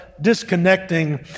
disconnecting